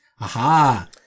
Aha